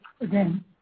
again